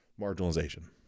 marginalization